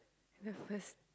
the first